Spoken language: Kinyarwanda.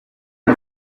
nzi